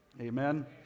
Amen